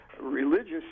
religious